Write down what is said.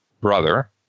brother